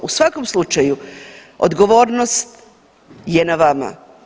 U svakom slučaju odgovornost ja na vama.